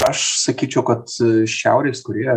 aš sakyčiau kad šiaurės korėja